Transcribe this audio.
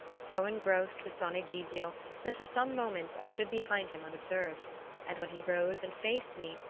so engrossed was don egidio that for some moments i stood behind him unobserved and when he rose and faced me,